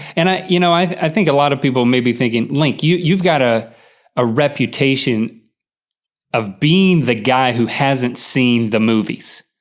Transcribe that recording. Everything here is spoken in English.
and i, you know, i think a lot of people may be thinking, link, you've got ah a reputation of being the guy who hasn't seen the movies.